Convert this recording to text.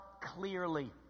clearly